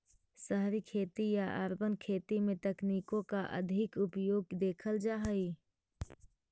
शहरी खेती या अर्बन खेती में तकनीकों का अधिक उपयोग देखल जा हई